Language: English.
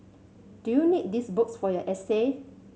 do you need these books for your essay